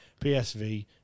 PSV